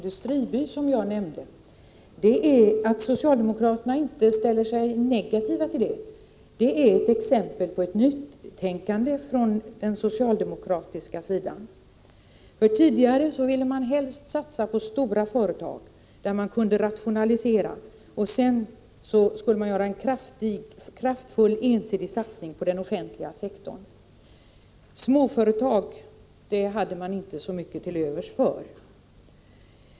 Herr talman! Att socialdemokraterna inte ställer sig negativa till Fosie industriby, som jag nämnde, är exempel på ett nytänkande från den socialdemokratiska sidan. Tidigare ville de helst satsa på stora företag där man kunde rationalisera, och så skulle det göras en kraftfull ensidig satsning på den offentliga sektorn. För småföretag hade man inte mycket till övers.